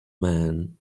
man